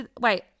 Wait